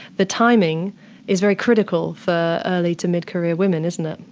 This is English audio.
the timing is very critical for early to mid-career women, isn't it.